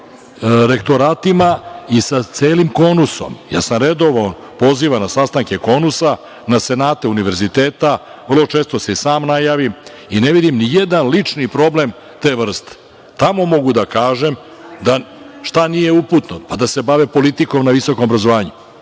rektoratima i sa celim KONUS-om. Ja sam redovno pozivan na sastanke KONUS-a, na senate univerziteta, vrlo često se i sam najavim i ne vidim ni jedan lični problem te vrste, tamo mogu da kažem šta nije uputno, da se bave politikom na visokom obrazovanju.